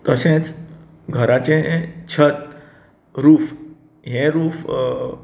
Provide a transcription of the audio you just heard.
तशेंच घराचें छत रूफ हें रूफ